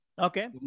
Okay